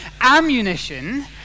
ammunition